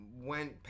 went